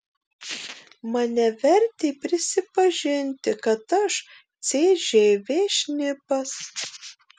mane vertė prisipažinti kad aš cžv šnipas